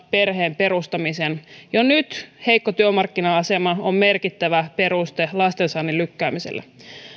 perheen perustamiseen jo nyt heikko työmarkkina asema on merkittävä peruste lastensaannin lykkäämiselle